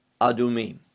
Adumim